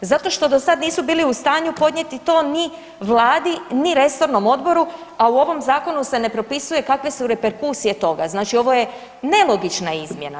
Zato što dosad nisu bili u stanju podnijeti to ni vladi, ni resornom odboru, a u ovom zakonu se ne propisuje kakve su reperkusije toga, znači ovo nelogična izmjena.